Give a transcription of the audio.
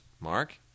Mark